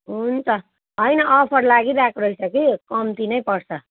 हुन्छ होइन अफर लागिरहेको रहेछ कि कम्ती नै पर्छ